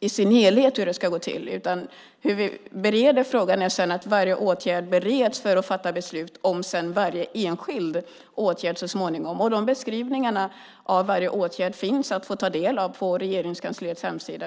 i sin helhet. Vi bereder frågan genom att varje åtgärd bereds för att sedan fatta beslut om varje enskild åtgärd så småningom. De beskrivningarna av varje åtgärd finns att ta del av på Regeringskansliets hemsida.